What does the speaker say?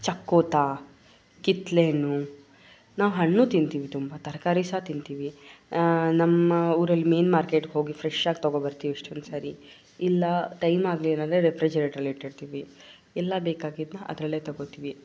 ಚಕ್ಕೋತ ಕಿತ್ತಳೆಹಣ್ಣು ನಾವು ಹಣ್ಣು ತಿಂತೀವಿ ತುಂಬ ತರಕಾರಿ ಸಹ ತಿಂತೀವಿ ನಮ್ಮ ಊರಲ್ಲಿ ಮೀನು ಮಾರ್ಕೆಟ್ಟಿಗೆ ಹೋಗಿ ಫ್ರೆಶಾಗಿ ತಗೊಬರ್ತೀವಿ ಎಷ್ಟೋಂದ್ಸಾರಿ ಇಲ್ಲ ಟೈಮ್ ಆಗಲಿಲ್ಲ ಅಂದರೆ ರೆಫ್ರಿಜರೇಟ್ರಲ್ಲಿ ಇಟ್ಟಿರ್ತೀವಿ ಎಲ್ಲ ಬೇಕಾಗಿದ್ದನ್ನು ಅದರಲ್ಲೇ ತಗೊತೀವಿ